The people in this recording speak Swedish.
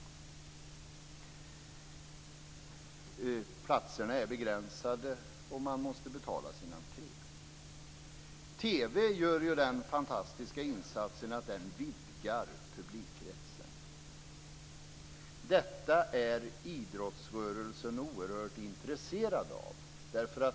Antalet platser är begränsat, och man måste betala sin entré. TV gör den fantastiska insatsen att den vidgar publikkretsen. Detta är idrottsrörelsen oerhört intresserad av.